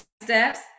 steps